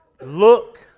look